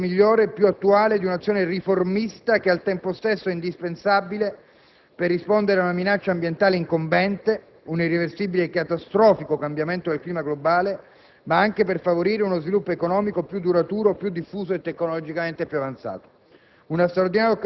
ecco l'esempio migliore, più attuale, di un'azione riformista che, al tempo stesso, è indispensabile per rispondere a una minaccia ambientale incombente (un irreversibile e catastrofico cambiamento del clima globale), ma anche per favorire uno sviluppo economico più duraturo, più diffuso e tecnologicamente più avanzato.